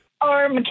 arm